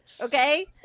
Okay